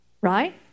Right